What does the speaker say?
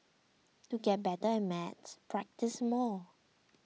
to get better at maths practise more